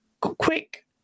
quick